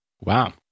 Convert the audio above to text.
Wow